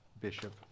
bishop